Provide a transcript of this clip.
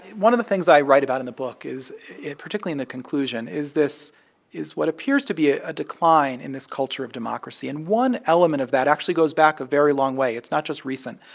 one of the things i write about in the book is particularly in the conclusion is this is what appears to be a decline in this culture of democracy. and one element of that actually goes back a very long way. it's not just recent.